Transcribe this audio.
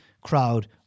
crowd